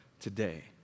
today